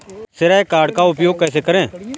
श्रेय कार्ड का उपयोग कैसे करें?